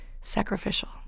sacrificial